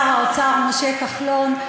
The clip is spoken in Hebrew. שר האוצר משה כחלון,